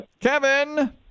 Kevin